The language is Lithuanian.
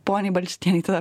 poniai balčytienei tada